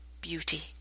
beauty